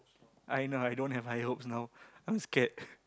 I know I don't have higher hopes now I'm scared